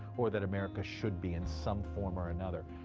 or that america should be in some form or another.